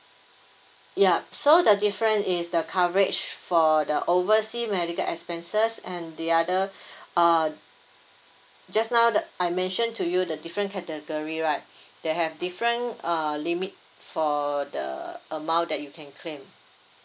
yup so the difference is the coverage for the oversea medical expenses and the other uh just now I mentioned to you the different category right they have different uh limit for the amount that you can claim